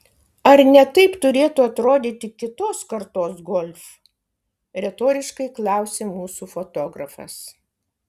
ar ne taip turėtų atrodyti kitos kartos golf retoriškai klausė mūsų fotografas